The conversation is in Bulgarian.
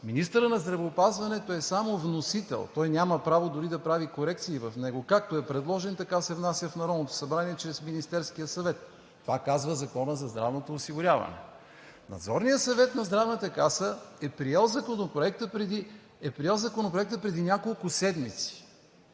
министърът на здравеопазването е само вносител. Той няма право дори да прави корекции в него. Както е предложен, така се внася в Народното събрание чрез Министерския съвет. Това казва Законът за здравното осигуряване. Надзорният съвет на Здравната каса е приел Законопроекта преди няколко седмици.